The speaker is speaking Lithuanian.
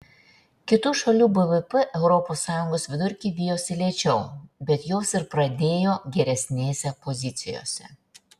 kitų šalių bvp europos sąjungos vidurkį vijosi lėčiau bet jos ir pradėjo geresnėse pozicijose